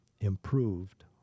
improved